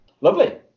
Lovely